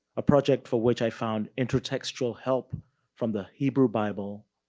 a project for which i found intratexual help from the hebrew bible,